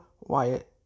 Wyatt